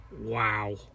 Wow